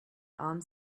armed